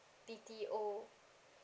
B_T_O